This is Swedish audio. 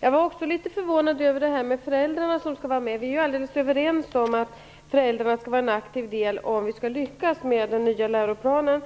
Jag var också litet förvånad över det som sades om föräldrarna som skall vara med. Vi är överens om att föräldrarna måste ta aktiv del om vi skall lyckas med den nya läroplanen.